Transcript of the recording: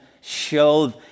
show